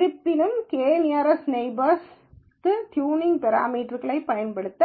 இருப்பினும் K nearest நெய்பர்ஸ்களுக்கு tuning பெராமீட்டர்க்களைப் பயன்படுத்த